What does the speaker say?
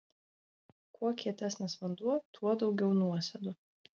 kuo kietesnis vanduo tuo daugiau nuosėdų